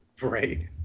Right